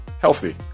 healthy